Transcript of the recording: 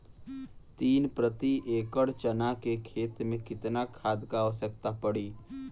तीन प्रति एकड़ चना के खेत मे कितना खाद क आवश्यकता पड़ी?